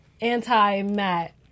anti-Matt